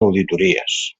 auditories